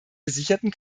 gesicherten